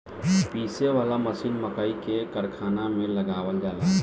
पीसे वाला मशीन मकई के कारखाना में लगावल जाला